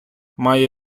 має